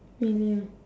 really ah